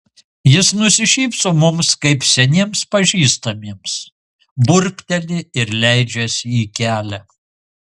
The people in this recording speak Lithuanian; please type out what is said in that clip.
jis nusišypso mums kaip seniems pažįstamiems burbteli ir leidžiasi į kelią